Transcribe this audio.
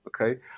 okay